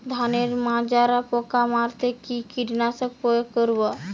ধানের মাজরা পোকা মারতে কি কীটনাশক প্রয়োগ করব?